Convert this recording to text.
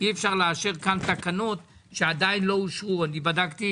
אי אפשר לאשר כאן תקנות שעדיין לא אושרו בדקתי